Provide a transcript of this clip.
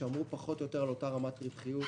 שמרו פחות או יותר על אותה רמת רווחיות,